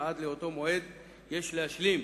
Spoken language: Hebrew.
ועד לאותו מועד יש להשלים